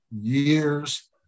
years